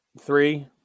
Three